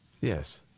Yes